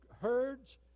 herds